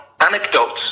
anecdotes